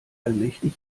allmächtig